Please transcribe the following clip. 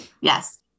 Yes